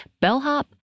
bellhop